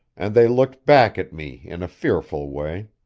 and they looked back at me in a fearful way.